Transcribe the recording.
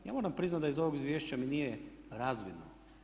Ja moram priznati da iz ovog izvješća mi nije razvidno.